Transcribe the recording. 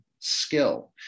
skill